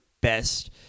best